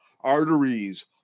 arteries